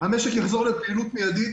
המשק יחזור לפעילות מידית